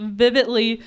vividly